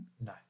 No